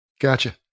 Gotcha